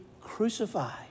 crucified